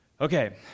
Okay